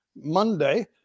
Monday